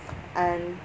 and